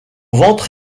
ventre